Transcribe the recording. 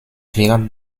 wird